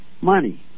money